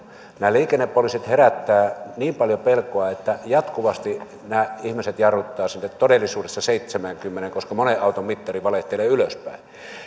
nämä liikennepoliisit herättävät niin paljon pelkoa että jatkuvasti ihmiset jarruttavat todellisuudessa seitsemäänkymmeneen koska monen auton mittari valehtelee ylöspäin